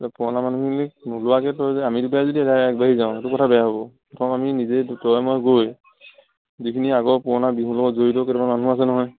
পুৰণা মানুহখিনিক নোযোৱাকে তই যে আমি দুটাই ডাইৰেক্ট আগবাঢি যাওঁ সেইটো কথা বেয়া হ'ব প্ৰথম আমি নিজে তয়ে ময়ে গৈ যিখিনি আগৰ পুৰণা বিহুৰ লগত জড়িত কেইটামান মানুহ আছে নহয়